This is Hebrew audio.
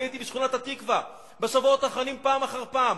בשבועות האחרונים הייתי בשכונת התקווה פעם אחר פעם,